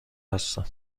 هستم